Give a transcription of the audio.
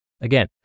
Again